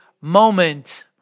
moment